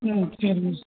ம் சரிங்க